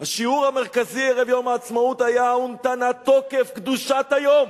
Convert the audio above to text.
השיעור המרכזי ערב יום העצמאות היה "ונתנה תוקף קדושת היום"